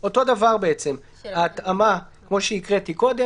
שלא יהיו עם אוכל על הרחבה או ירקדו באזור של האוכל.